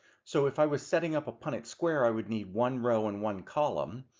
so if i was setting up a punnett square, i would need one row and one column.